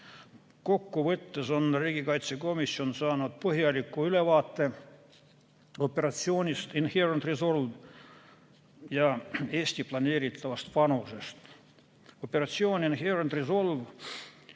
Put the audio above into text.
Kokkuvõttes on riigikaitsekomisjon saanud põhjaliku ülevaate operatsioonist Inherent Resolve ja Eesti planeeritavast panusest. Operatsioon Inherent Resolve